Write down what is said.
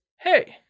Hey